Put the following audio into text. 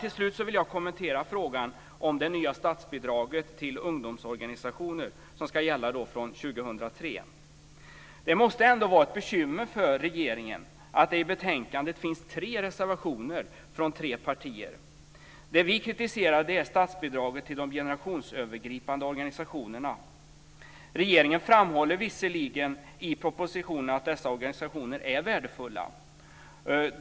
Till slut vill jag kommentera frågan om det nya statsbidraget till ungdomsorganisationer som ska gälla från 2003. Det måste vara ett bekymmer för regeringen att det i betänkandet finns tre reservationer från tre partier. Det vi kritiserar är statsbidraget till de generationsövergripande organisationerna. Regeringen framhåller visserligen i propositionen att dessa organisationer är värdefulla.